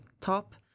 top